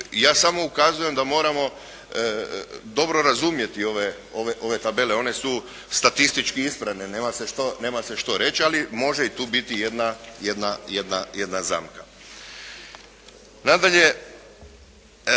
Ja samo ukazujem da moramo dobro razumjeti ove tabele, one su statistički ispravne, nema se što reći ali može i tu biti jedna zamka. Nadalje,